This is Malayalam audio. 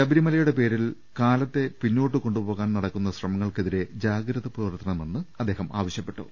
ശബരിമ ലയുടെ പേരിൽ കാലത്തെ പിന്നോട്ടു കൊണ്ടുപോകാൻ നടത്തുന്ന ശ്രമങ്ങൾക്കെതിരെ ജാഗ്രത പുലർത്തണമെന്നും അദ്ദേഹം ആവശ്യ പ്പെട്ടു